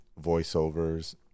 voiceovers